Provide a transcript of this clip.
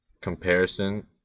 comparison